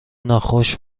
ناخوش